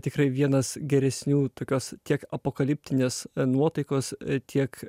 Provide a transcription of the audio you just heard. tikrai vienas geresnių tokios tiek apokaliptinės nuotaikos tiek